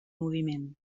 moviment